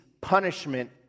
punishment